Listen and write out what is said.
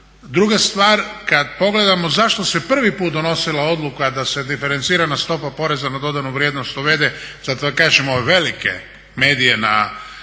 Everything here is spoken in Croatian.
Druga stvar, kad pogledamo zašto se prvi put donosila odluka da se diferencirana stopa poreza na dodanu vrijednost uvede, zato vam kažem ove velike medije na